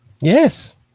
Yes